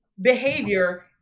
behavior